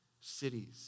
cities